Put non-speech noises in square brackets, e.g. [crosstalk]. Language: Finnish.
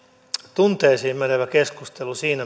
tunteisiin menevä keskustelu siinä [unintelligible]